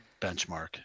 benchmark